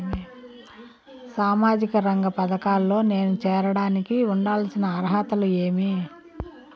సామాజిక రంగ పథకాల్లో నేను చేరడానికి ఉండాల్సిన అర్హతలు ఏమి?